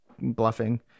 bluffing